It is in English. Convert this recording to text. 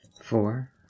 Four